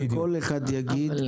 וכל אחד יגיד,